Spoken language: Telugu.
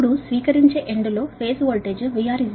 ఇప్పుడు ఫేజ్ వోల్టేజ్ స్వీకరించే ఎండ్ లో VR 1323